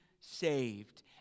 saved